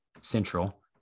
central